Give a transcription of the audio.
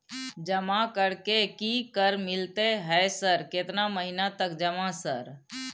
जमा कर के की कर मिलते है सर केतना महीना तक जमा सर?